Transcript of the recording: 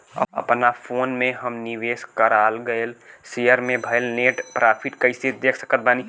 अपना फोन मे हम निवेश कराल गएल शेयर मे भएल नेट प्रॉफ़िट कइसे देख सकत बानी?